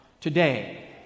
today